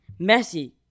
Messi